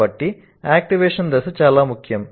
కాబట్టి యాక్టివేషన్ దశ చాలా ముఖ్యం